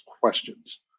questions